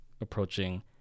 approaching